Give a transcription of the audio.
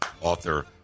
author